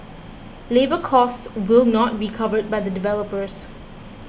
labour cost will not be covered by the developers